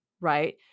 right